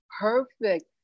perfect